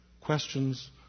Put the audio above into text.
questions